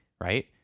right